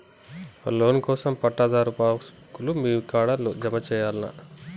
Loan కోసం పట్టాదారు passbook లు మీ కాడా జమ చేయల్నా?